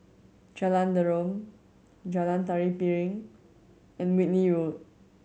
Jalan Derum Jalan Tari Piring and Whitley Road